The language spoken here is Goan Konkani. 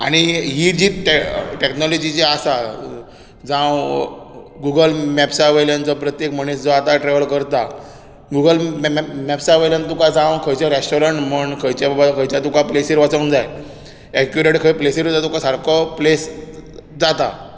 आनी ही जी टॅ टॅक्नॉलॉजी जी आसा जावं गुगल मॅप्सा वयल्यान जो प्रत्येक मनीस जो आतां ट्रॅवल करता गुगल मॅप्सा वयल्यान तुका जावं खंयचें रॅस्टोरंट म्हण खंयचें बाबा खंयच्या तुका प्लेसीर वचोंक जाय एक्युरेट खंय प्लेसीर वयता तुका सारको प्लेस जाता